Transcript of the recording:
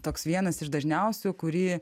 toks vienas iš dažniausių kurį